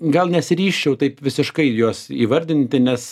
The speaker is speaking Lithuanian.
gal nesiryžčiau taip visiškai juos įvardinti nes